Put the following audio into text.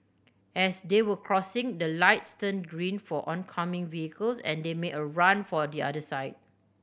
as they were crossing the lights turned green for oncoming vehicles and they made a run for the other side